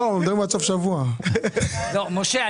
משה,